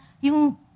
yung